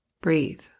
breathe